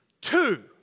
Two